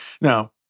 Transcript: Now